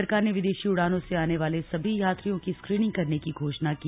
सरकार ने विदेशी उडानों से आने वाले सभी यात्रियों की स्क्रीनिंग करने की घोषणा की